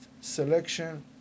selection